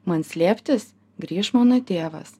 man slėptis grįš mano tėvas